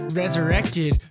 resurrected